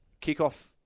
Kickoff